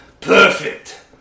Perfect